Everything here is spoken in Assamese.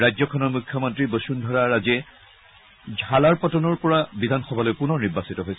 ৰাজ্যখনৰ মুখ্যমন্ত্ৰী বসুধৰা ৰাজে ঝালাৰপাটনৰ পৰা বিধানসভালৈ পুনৰ নিৰ্বাচিত হৈছে